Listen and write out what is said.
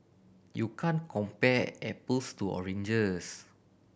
you can compare apples to oranges